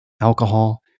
alcohol